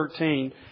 13